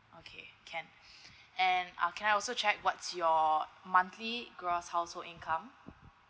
okay can and uh can I also check what's your monthly gross household income